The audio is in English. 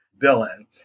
villain